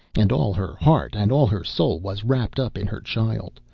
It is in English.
and all her heart and all her soul was wrapped up in her child,